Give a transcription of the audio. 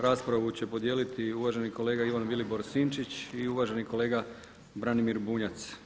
Raspravu će podijeliti uvaženi kolega Ivan Vilibor Sinčić i uvaženi kolega Branimir Bunjac.